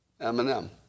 Eminem